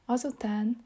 Azután